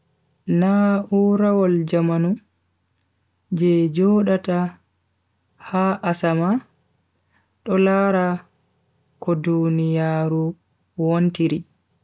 Na'urawol jamanu je jodata ha asama do lara ko duniyaaru wontiri.